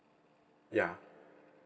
ya